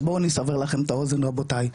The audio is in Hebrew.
אז בואו אני אסבר לכם את האוזן רבותי,